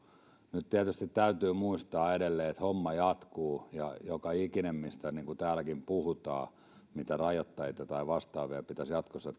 nyt tietysti täytyy muistaa edelleen että homma jatkuu ja toivon mukaan joka ikisestä mistä täälläkin puhutaan mitä rajoitteita tai vastaavia pitäisi jatkossa